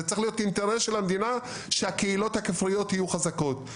זה צריך להיות אינטרס של המדינה שהקהילות הכפריות יהיו חזקות.